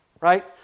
right